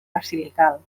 basilical